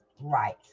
right